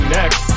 next